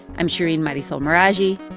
i'm shereen marisol meraji.